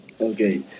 Okay